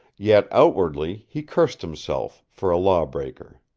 yet outwardly he cursed himself for a lawbreaker.